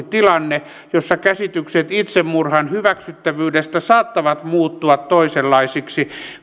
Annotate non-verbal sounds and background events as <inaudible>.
<unintelligible> tilanne jossa käsitykset itsemurhan hyväksyttävyydestä saattavat muuttua toisenlaisiksi